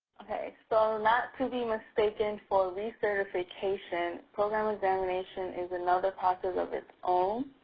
okay. so not to be mistaken for recertification, program examination is another process of its own.